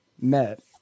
met